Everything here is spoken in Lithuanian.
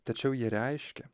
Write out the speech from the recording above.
tačiau jie reiškia